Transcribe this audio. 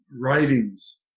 writings